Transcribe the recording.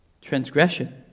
Transgression